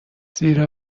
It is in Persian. زیرا